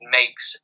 makes